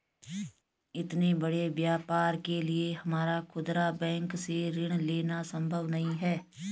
इतने बड़े व्यापार के लिए हमारा खुदरा बैंक से ऋण लेना सम्भव नहीं है